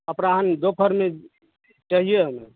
अपरांत दोपहर में चाहिए हमें